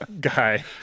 guy